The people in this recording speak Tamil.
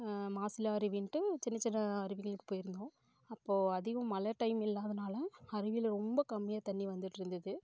மாசிலா அருவின்ட்டு சின்ன சின்ன அருவிகளுக்கு போயிருந்தோம் அப்போ அதிகம் மழை டைம் இல்லாதனால் அருவியில ரொம்ப கம்மியாக தண்ணி வந்துட்டு இருந்துது